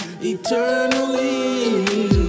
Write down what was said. eternally